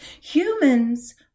Humans